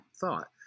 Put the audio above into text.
thought